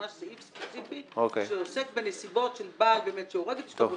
זה ממש סעיף ספציפי שעוסק בנסיבות של בעל שהורג את אישתו,